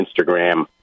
Instagram